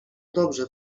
dobrze